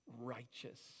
righteous